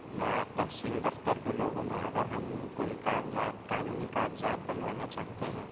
یا تحصیل دفتر کے لوگوں میں اگر ہم کوئی کاغذات قانونی کاغذات بنوانا چاہتے ہیں